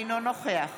אינו נוכח